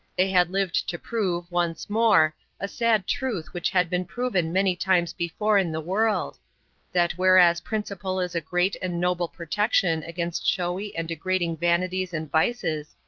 they had lived to prove, once more, a sad truth which had been proven many times before in the world that whereas principle is a great and noble protection against showy and degrading vanities and vices,